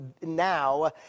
now